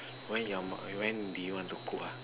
when your when do you want to cook